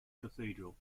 cathedral